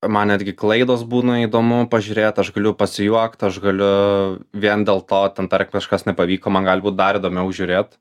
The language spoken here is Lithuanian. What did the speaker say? o man netgi klaidos būna įdomu pažiūrėt aš galiu pasijuokt aš galiu vien dėl to ten tarkim kažkas nepavyko man gali būt dar įdomiau žiūrėt